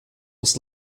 with